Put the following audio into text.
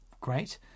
great